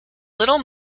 little